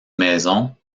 maisons